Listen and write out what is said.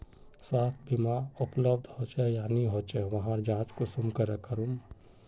स्वास्थ्य बीमा उपलब्ध होचे या नी होचे वहार जाँच कुंसम करे करूम?